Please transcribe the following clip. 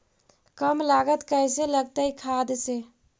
कम लागत कैसे लगतय खाद से?